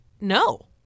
no